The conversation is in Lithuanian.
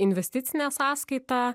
investicinę sąskaitą